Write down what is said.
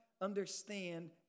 understand